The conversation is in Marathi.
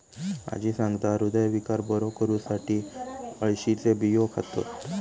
आजी सांगता, हृदयविकार बरो करुसाठी अळशीचे बियो खातत